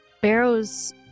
Barrows